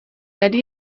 tady